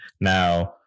Now